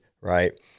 right